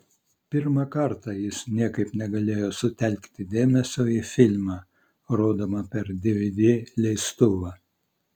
pirmą kartą jis niekaip negalėjo sutelkti dėmesio į filmą rodomą per dvd leistuvą